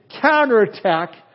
counterattack